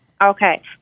Okay